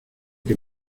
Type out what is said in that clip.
que